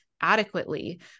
adequately